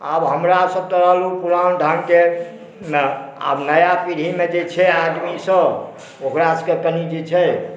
आब हमरा सभ ठहरलहुँ पुरान ढ़ंगके आब नया पीढ़ीमे जे छै आदमी ई सभ ओकरा सभके कनि जे छै